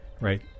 right